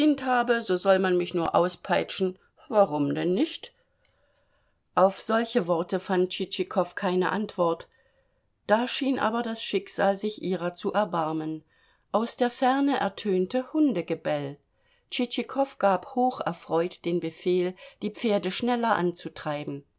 so soll man mich nur auspeitschen warum denn nicht auf solche worte fand tschitschikow keine antwort da schien aber das schicksal sich ihrer zu erbarmen aus der ferne ertönte hundegebell tschitschikow gab hoch erfreut den befehl die pferde schneller anzutreiben